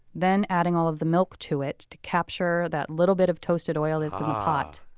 then adding all of the milk to it to capture that little bit of toasted oil that's in the pot,